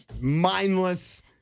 mindless